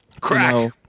Crack